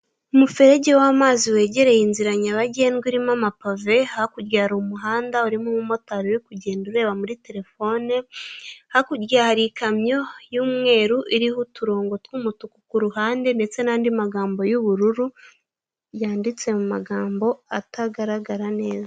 Umuferege w'amazi wegereye inzira nyabagendwa urimo amapave hakurya hari umuhanda urimo umumotari uri kugenda ureba muri telefone, hakurya hari ikamyo y'umweru iriho uturongo tw'umutuku ku ruhande ndetse n'andi magambo y'ubururu yanditse mu magambo atagaragara neza.